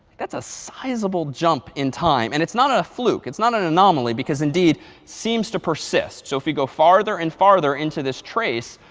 that's a sizable jump in time. and it's not a fluke. it's not an anomaly, because indeed, it seems to persist. so if we go farther and farther into this trace,